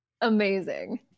Amazing